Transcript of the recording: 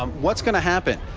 um what's going to happen.